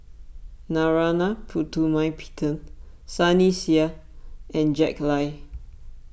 Narana Putumaippittan Sunny Sia and Jack Lai